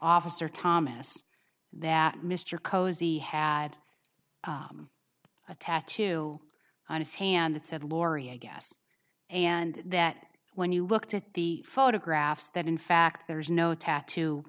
officer thomas that mr cosey had a tattoo on his hand that said laurie i guess and that when you looked at the photographs that in fact there is no tattoo